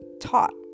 taught